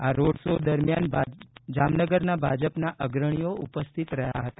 આ road show દરમ્યાન જામનગરના ભાજપના અગ્રણીઓ ઉપસ્થિત રહ્યા છે